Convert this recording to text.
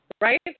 Right